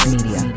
Media